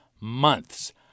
months